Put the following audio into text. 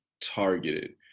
targeted